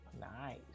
Nice